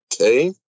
okay